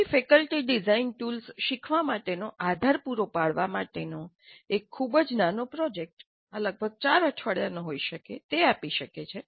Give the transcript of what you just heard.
પછી faculty design tools શીખવા માટેનો આધાર પૂરો પાડવા માટેનો એક ખૂબ જ નાનો પ્રોજેક્ટ આ લગભગ 4 અઠવાડિયા હોઈ શકે છે આપી શકે છે